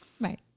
Right